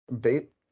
bait